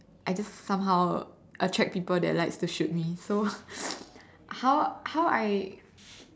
I just somehow attract people that likes to shoot me so how how I